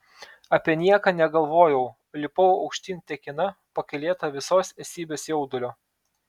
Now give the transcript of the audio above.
apie nieką negalvojau lipau aukštyn tekina pakylėta visos esybės jaudulio